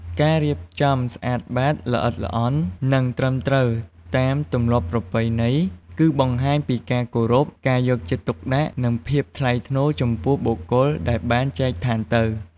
ការរៀបចំស្អាតបាតល្អិតល្អន់ និងត្រឹមត្រូវតាមទម្លាប់ប្រពៃណី គឺបង្ហាញពីការគោរព ការយកចិត្តទុកដាក់ និងភាពថ្លៃថ្នូរចំពោះបុគ្គលដែលបានចែកឋានទៅ។